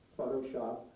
Photoshop